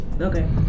okay